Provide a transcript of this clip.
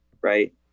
right